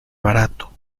barato